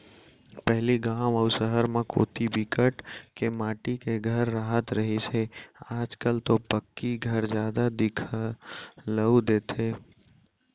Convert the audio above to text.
पहिली गाँव अउ सहर म कोती बिकट के माटी के घर राहत रिहिस हे आज कल तो पक्की घर जादा दिखउल देथे